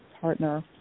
partner